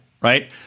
right